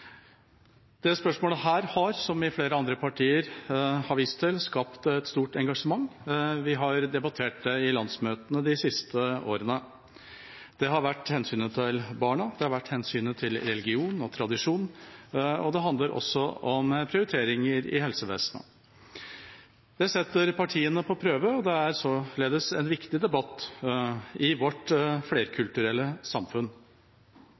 Dette spørsmålet har, som flere andre partier har vist til, skapt et stort engasjement. Vi har debattert det i landsmøtene de siste årene. Det har vært hensynet til barna. Det har vært hensynet til religion og tradisjon, og det handler også om prioriteringer i helsevesenet. Det setter partiene på prøve og er således en viktig debatt i vårt flerkulturelle samfunn.